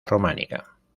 románica